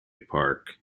park